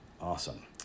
Awesome